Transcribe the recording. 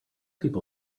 people